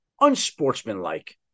unsportsmanlike